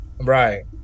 Right